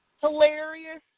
Hilarious